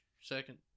second